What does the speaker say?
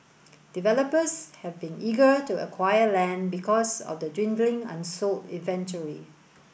developers have been eager to acquire land because of the dwindling unsold inventory